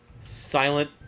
silent